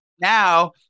Now